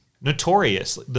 notorious